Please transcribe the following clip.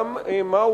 וגם מה,